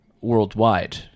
worldwide